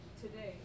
today